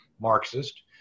Marxist